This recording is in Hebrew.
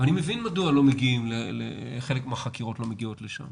אני מבין מדוע חלק מהחקירות לא מגיעות לשם,